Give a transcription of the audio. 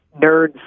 nerds